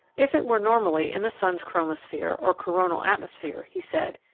if it were normally in the sun's chromosphere, or coronal atmosphere, he said,